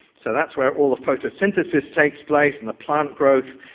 so that's where all the photosynthesis takes place and the plant growth,